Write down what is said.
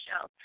show